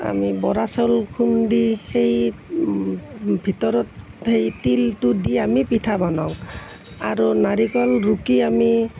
আমি বৰাচাউল খুন্দি সেই ভিতৰত সেই তিলটো দি আমি পিঠা বনাওঁ আৰু নাৰিকল ৰুকি আমি